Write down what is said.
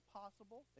possible